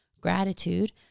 gratitude